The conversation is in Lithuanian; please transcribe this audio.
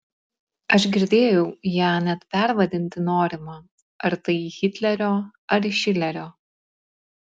aš girdėjau ją net pervadinti norima ar tai į hitlerio ar į šilerio